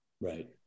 right